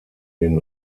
den